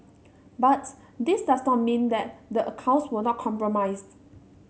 but this does not mean that the accounts were not compromised